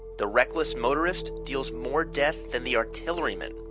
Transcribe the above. the reckless motorist deals more death than the artilleryman.